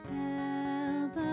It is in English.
help